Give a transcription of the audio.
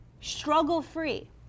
struggle-free